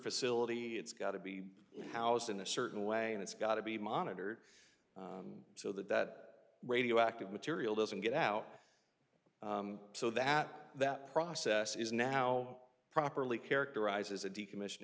facility it's got to be housed in a certain way and it's got to be monitored so that that radioactive material doesn't get out so that that process is now properly characterized as a decommission